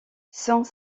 sans